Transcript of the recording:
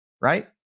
right